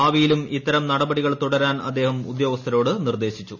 ഭാവിയിലും ഇത്തരം നടപടികൾ തുടരാൻ അദ്ദേഹം ഉദ്യോഗസ്ഥരോട് ആവശ്യപ്പെട്ടു